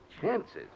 chances